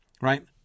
right